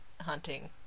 hunting